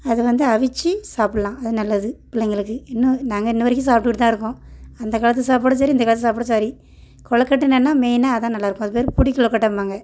அதை வந்து அவிச்சு சாப்பிட்லாம் அது நல்லது பிள்ளைங்களுக்கு இன்னும் நாங்கள் இன்னைவரைக்கும் சாப்பிட்டுட்டு தான் இருக்கோம் அந்த காலத்து சாப்பாடும் சரி இந்த காலத்து சாப்பாடும் சரி கொலக்கட்டைனான்னா மெயினாக அதுதான் நல்லா இருக்கும் அது பேர் பிடி கொலக்கட்டைம்பாங்க